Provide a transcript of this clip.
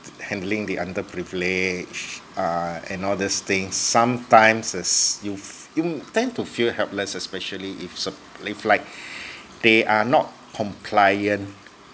handling the under privileged err and all these thing sometimes is you f~ you tend to feel helpless especially if sup~ if like they are not compliant